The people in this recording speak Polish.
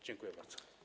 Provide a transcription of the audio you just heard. Dziękuję bardzo.